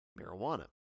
marijuana